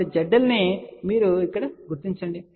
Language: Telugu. కాబట్టి ZL ను మీరు ఇక్కడ గుర్తించండి